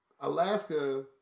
Alaska